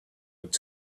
would